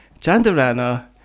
Jandarana